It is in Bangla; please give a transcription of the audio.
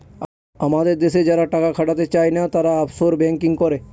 আমাদের দেশে যারা টাকা খাটাতে চাই না, তারা অফশোর ব্যাঙ্কিং করে